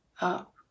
up